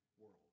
world